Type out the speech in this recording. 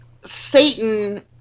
Satan